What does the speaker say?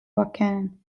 erkennen